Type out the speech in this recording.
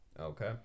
Okay